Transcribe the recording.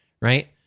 Right